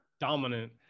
dominant